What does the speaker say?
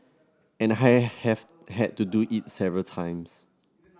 and I have had to do it several times